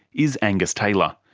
is angus taylor.